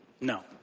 No